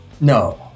No